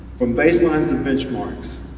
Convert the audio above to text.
from baselines to benchmarks.